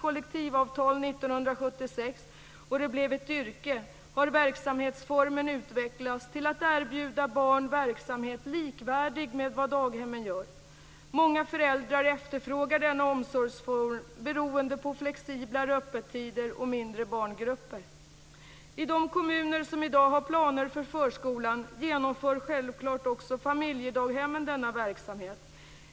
och det blev ett yrke har verksamhetsformen utvecklats till att erbjuda barn verksamhet likvärdig med vad daghemmen gör. Många föräldrar efterfrågar denna omsorgsform, beroende på flexiblare öppettider och mindre barngrupper. I de kommuner som i dag har planer för förskolan genomför självklart också familjedaghemmen denna verksamhet.